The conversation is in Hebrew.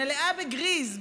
מלאה בגריז,